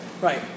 Right